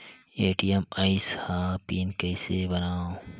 ATM आइस ह pin कइसे बनाओ?